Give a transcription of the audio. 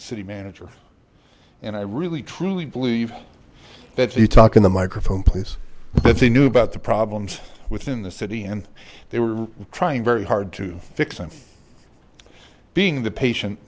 city manager and i really truly believe that so you talk in the microphone please if they knew about the problems within the city and they were trying very hard to fix them being the patient